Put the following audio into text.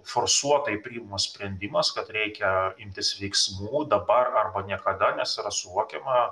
forsuotai priimamas sprendimas kad reikia imtis veiksmų dabar arba niekada nes yra suvokiama